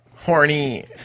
horny